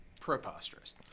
Preposterous